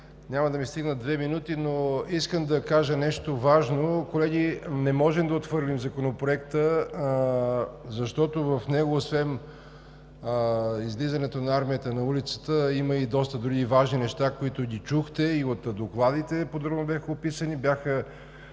Няма да ми стигнат две минути, но искам да кажа нещо важно, колеги. Не можем да отхвърлим Законопроекта, защото в него освен излизането на армията на улицата има и доста други важни неща, които чухте, и от докладите бяха подробно описани,